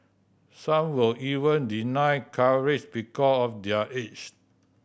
some were even denied coverage because of their age